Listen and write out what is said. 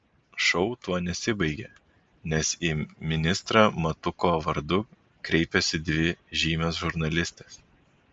šou tuo nesibaigia nes į ministrą matuko vardu kreipiasi dvi žymios žurnalistės